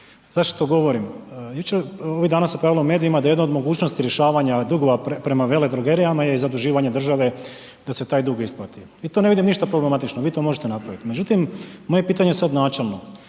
Zašto to govorim? Jučer, ovih dana se pojavilo u medijima da je jedna od mogućnosti rješavanja dugova prema veledrogerijama je i zaduživanje države da se taj dug isplati. I tu ne vidim ništa problematično, vi to možete napraviti. Međutim, moje pitanje sad načelno,